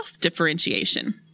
differentiation